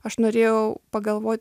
aš norėjau pagalvot